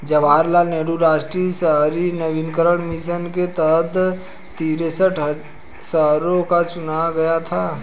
जवाहर लाल नेहरू राष्ट्रीय शहरी नवीकरण मिशन के तहत तिरेसठ शहरों को चुना गया था